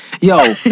Yo